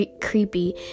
creepy